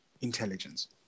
intelligence